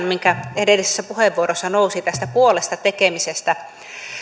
mikä edellisessä puheenvuorossa nousi tästä puolesta tekemisestä